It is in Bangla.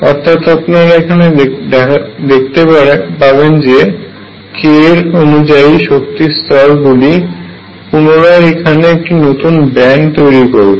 অর্থাৎ আপনারা এখানে দেখতে পাবেন যে k এর অনুযায়ী শক্তিস্তর গুলি পুনরায় এখানে একটি নতুন ব্যান্ড তৈরি করবে